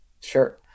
Sure